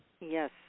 Yes